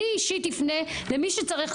אני אישית אפנה למי שצריך,